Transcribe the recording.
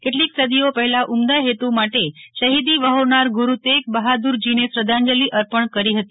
કેટલોક સદીઓ પહેલાં ઉમદા હેતુ માટે શહીદી વ્હોરનાર ગુરૂ તગ બહાદુરજીને શ્રધ્ધા જલિ અર્પણ કરી હતી